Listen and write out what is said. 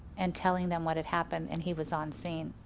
and telling them what had happened and he was on scene.